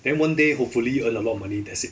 then one day hopefully earn a lot of money that's it